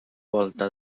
volta